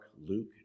Luke